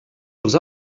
els